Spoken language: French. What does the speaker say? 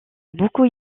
beaucoup